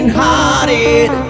hearted